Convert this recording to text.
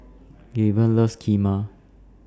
Gaven loves Kheema